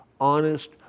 honest